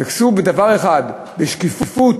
קשור בדבר אחד: בשקיפות